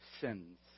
sins